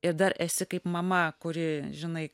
ir dar esi kaip mama kuri žinai